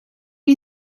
you